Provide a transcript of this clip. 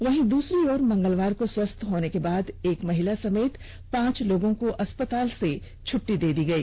वहीं दसरी तरफ मंगलवार को स्वस्थ होने के बाद एक महिला समेत पांच लोगों को अस्पताल से छटटी दे दी गयी